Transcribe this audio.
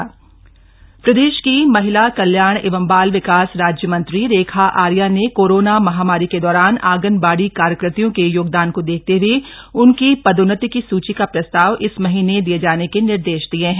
रेखा आर्य प्रदेश की महिला कल्याण एवं बाल विकास राज्यमंत्री रेखा आर्या ने कोरोना महामारी के दौरान आंगनबाड़ी कार्यकर्त्रियों के योगदान को देखते हए उनकी पदोन्नति की सूची का प्रस्ताव इस महीने दिये जाने के निर्देश दिये हैं